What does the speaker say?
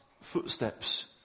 footsteps